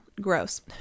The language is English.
Gross